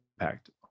impact